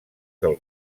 del